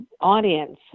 audience